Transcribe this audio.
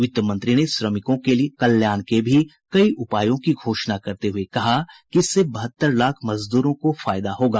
वित्त मंत्री ने श्रमिकों के कल्याण के भी कई उपायों की घोषणा करते हुए कहा कि इससे बहत्तर लाख मजद्रों को फायदा होगा